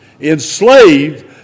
enslaved